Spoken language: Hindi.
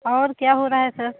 और क्या हो रहा है सर